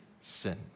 sin